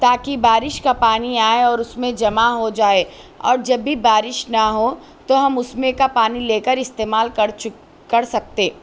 تا کہ بارش کا پانی آئے اور اس میں جمع ہو جائے اور جب بھی بارش نہ ہو تو ہم اس میں کا پانی لے کر استعمال کر چک کر سکتے